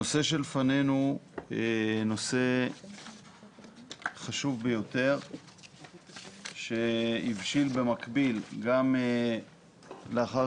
הנושא שלפנינו הוא נושא חשוב ביותר שהבשיל במקביל גם לאחר